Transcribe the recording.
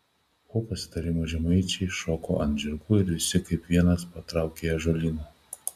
po pasitarimo žemaičiai šoko ant žirgų ir visi kaip vienas patraukė į ąžuolyną